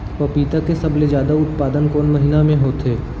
पपीता के सबले जादा उत्पादन कोन महीना में होथे?